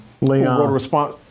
Leon